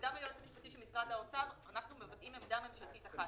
וגם היועץ המשפטי של משרד האוצר ואנחנו מבטאים עמדה ממשלתית אחת.